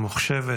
הממוחשבת,